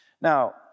Now